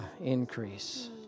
Increase